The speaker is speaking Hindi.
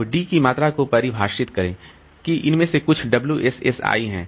अब D की मात्रा को परिभाषित करें कि इनमें से कुछ WSS i हैं